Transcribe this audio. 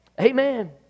Amen